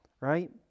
Right